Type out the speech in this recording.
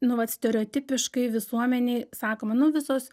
nu vat stereotipiškai visuomenei sakoma nu visos